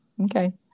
Okay